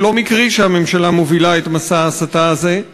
זה לא מקרי שהממשלה מובילה את מסע ההסתה הזה,